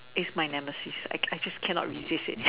is my nemesis I can't resist